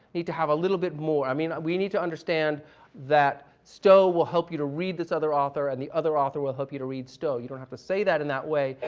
need to have a little bit more. i mean, we need to understand that stowe will help you to read this other author, and the other author will help you to read stowe. you don't have to say that in that way,